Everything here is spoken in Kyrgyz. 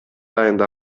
айында